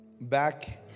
back